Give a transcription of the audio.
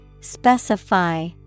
Specify